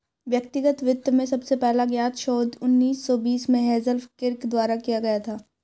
व्यक्तिगत वित्त में सबसे पहला ज्ञात शोध उन्नीस सौ बीस में हेज़ल किर्क द्वारा किया गया था